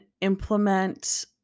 implement